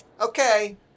Okay